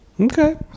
Okay